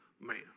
Man